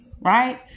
right